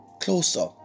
closer